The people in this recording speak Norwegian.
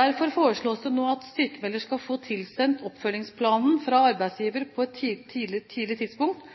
Derfor foreslås det nå at sykmelder skal få tilsendt oppfølgingsplanen fra arbeidsgiver på et tidlig tidspunkt